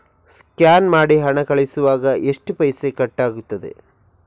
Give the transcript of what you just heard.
Scan ಮಾಡಿ ಹಣ ಕಳಿಸುವಾಗ ಎಷ್ಟು ಪೈಸೆ ಕಟ್ಟಾಗ್ತದೆ?